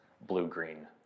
blue-green